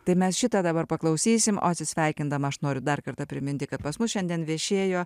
tai mes šitą dabar paklausysim o atsisveikindama aš noriu dar kartą priminti kad pas mus šiandien viešėjo